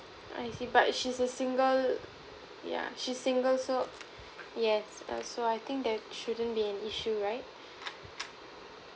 I see but she's a single yeah she's single so yes err so I think that shouldn't be an issue right